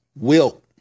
Wilt